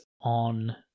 on